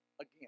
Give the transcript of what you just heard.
again